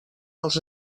als